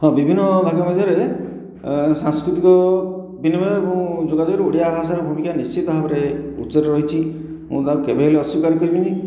ହଁ ବିଭିନ୍ନ ମଧ୍ୟରେ ସାଂସ୍କୃତିକ ବିନିମୟ ଏବଂ ଯୋଗାଯୋଗ ଓଡ଼ିଆ ଭାଷାର ଭୁମିକା ନିଶ୍ଚିତ ଭାବରେ ଉଚ୍ଚରେ ରହିଛି ମୁଁ ତାକୁ କେବେ ହେଲେ ଅସ୍ଵୀକାର କରିବି ନାହିଁ